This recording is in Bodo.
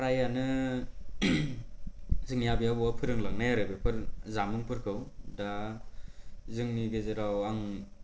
फ्रायानो जोंनि आबै आबौआ फोरोंलांनाय आरो बेफोर जामुंफोरखौ दा जोंनि गेजेराव आं